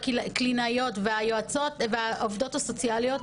הקלינאיות והיועצות והעובדות הסוציאליות,